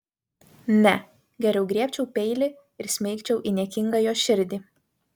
ne geriau griebčiau peilį ir smeigčiau į niekingą jo širdį